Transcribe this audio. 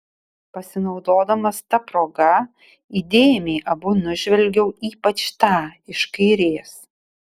pasinaudodamas ta proga įdėmiai abu nužvelgiau ypač tą iš kairės